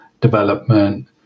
development